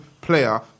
player